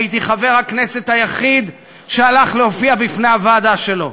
הייתי חבר הכנסת היחיד שהלך להופיע בפני הוועדה שלו.